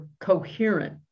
coherent